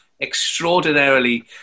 extraordinarily